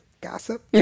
gossip